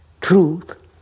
truth